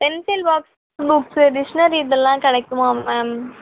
pencil box books dictionary இதெல்லாம் கிடைக்குமா ma'am